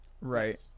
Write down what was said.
Right